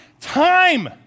time